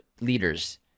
leaders